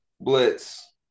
blitz